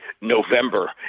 November